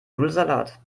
nudelsalat